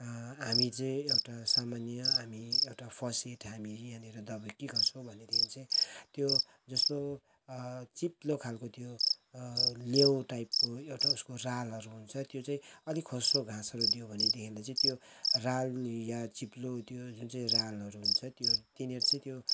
हामी चाहिँ एउटा सामान्य हामी एउटा फसिड हामी यहाँनिर दवाई के गर्छौँ भनेदेखि चाहिँ त्यो जस्तो चिप्लो खालको त्यो लेउ टाइपको एउटा उसको रालहरू हुन्छ त्यो चाहिँ अलिक खस्रो घाँसहरू दियो भनेदेखिलाई चाहिँ त्यो राल या चिप्लो त्यो जुन चाहिँ रालहरू हुन्छ त्यो तिनीहरू चाहिँ त्यो